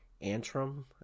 Antrim